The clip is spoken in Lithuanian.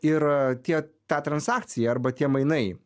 ir tie ta transakcija arba tie mainai